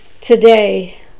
today